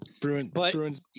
Bruins